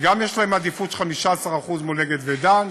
גם יש עדיפות של 15% מול "אגד" ו"דן",